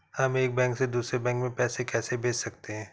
हम एक बैंक से दूसरे बैंक में पैसे कैसे भेज सकते हैं?